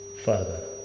Father